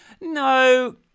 no